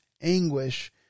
anguish